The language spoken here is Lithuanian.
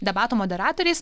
debatų moderatoriais